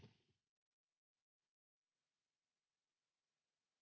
Kiitos.